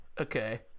Okay